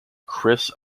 chris